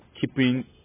keeping